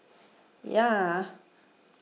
ya